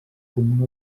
com